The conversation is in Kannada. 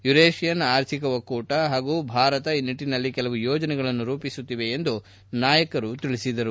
ಯುರೇಷಿಯನ್ ಆರ್ಥಿಕ ಒಕ್ಕೂಟ ಹಾಗೂ ಭಾರತ ಈ ನಿಟ್ಟನಲ್ಲಿ ಕೆಲವು ಯೋಜನೆಗಳನ್ನು ರೂಪಿಸುತ್ತಿದೆ ಎಂದು ನಾಯಕರು ತಿಳಿಸಿದರು